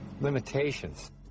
limitations